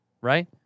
right